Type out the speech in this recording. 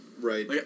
Right